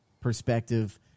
perspective